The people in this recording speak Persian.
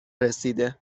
رسیده